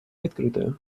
відкритою